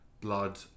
Blood